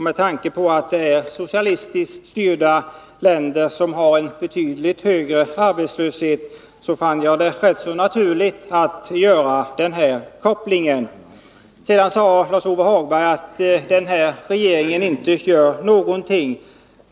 Med tanke på att de socialistiskt styrda länderna har betydligt högre arbetslöshet fann jag det rätt naturligt att göra den kopplingen. Lars-Ove Hagberg sade att den här regeringen inte gör någonting.